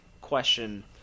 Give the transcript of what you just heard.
question